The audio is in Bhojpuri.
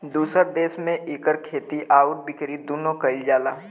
दुसर देस में इकर खेती आउर बिकरी दुन्नो कइल जाला